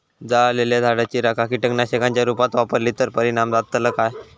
जळालेल्या झाडाची रखा कीटकनाशकांच्या रुपात वापरली तर परिणाम जातली काय?